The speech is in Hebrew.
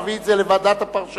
נביא את זה לוועדת הפרשנות.